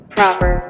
Proper